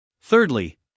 Thirdly